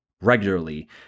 regularly